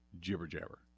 jibber-jabber